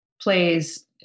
plays